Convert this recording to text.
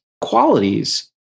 qualities